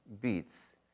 beats